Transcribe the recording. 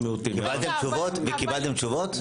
וקיבלתם תשובות?